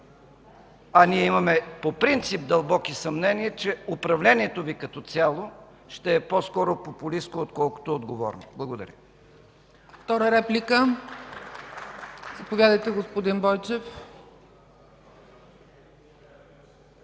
а ние имаме по принцип дълбоки съмнения, че управлението Ви като цяло ще е по-скоро популистко, отколкото отговорно. Благодаря.